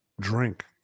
drink